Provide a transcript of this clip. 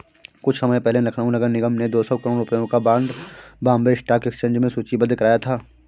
कुछ समय पहले लखनऊ नगर निगम ने दो सौ करोड़ रुपयों का बॉन्ड बॉम्बे स्टॉक एक्सचेंज में सूचीबद्ध कराया था